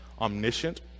omniscient